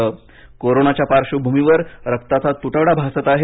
कोरोनाच्या पार्श्वभूमीवर रक्ताचा तुटवडा भासत आहे